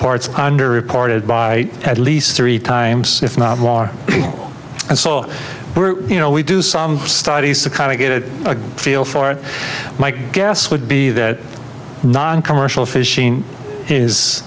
are reported by at least three times if not more and so we're you know we do some studies to kind of get a feel for it my guess would be that noncommercial fishing is